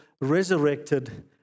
resurrected